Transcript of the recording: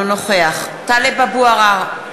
אינו נוכח טלב אבו עראר,